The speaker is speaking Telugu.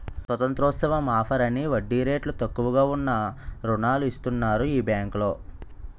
స్వతంత్రోత్సవం ఆఫర్ అని వడ్డీ రేట్లు తక్కువగా ఉన్న రుణాలు ఇస్తన్నారు ఈ బేంకులో